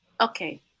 okay